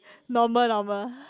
normal normal